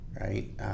right